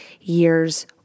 years